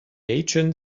agent